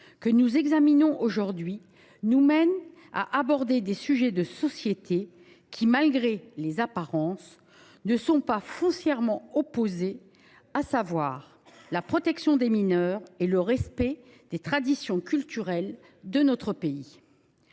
que nous examinons aujourd’hui, permet d’aborder des sujets de société qui, malgré les apparences, ne sont pas foncièrement opposés : la protection des mineurs et le respect des traditions culturelles de notre pays.